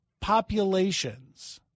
populations